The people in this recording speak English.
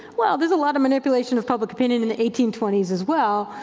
well there's a lot of manipulation of public opinion in the eighteen twenty s as well,